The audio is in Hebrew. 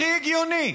הכי הגיוני,